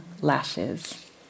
lashes